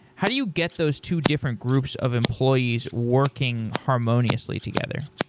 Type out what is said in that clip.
how do you get those two different groups of employees working harmoniously together?